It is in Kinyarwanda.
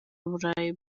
burayi